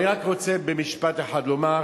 אני רק רוצה במשפט אחד לומר,